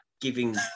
giving